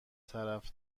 طرف